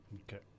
Okay